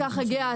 מה שבא.